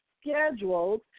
scheduled